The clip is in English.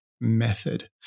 method